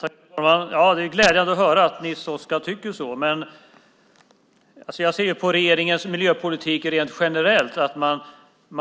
Fru talman! Det är glädjande att höra att Nils Oskar tycker så, men jag ser att man i regeringens miljöpolitik rent generellt